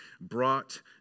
brought